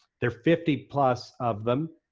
there are fifty plus of them.